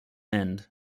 end